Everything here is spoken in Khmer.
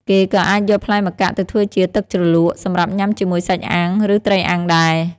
គេក៏អាចយកផ្លែម្កាក់ទៅធ្វើជា ទឹកជ្រលក់ សម្រាប់ញ៉ាំជាមួយសាច់អាំង ឬត្រីអាំងដែរ។